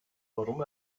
warum